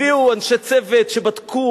הביאו אנשי צוות שבדקו,